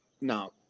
now